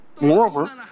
Moreover